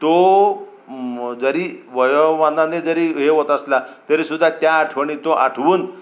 तो अ जरी वयोमानाने जरी हे होत असला तरीसुद्धा त्या आठवणी तो आठवून